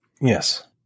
Yes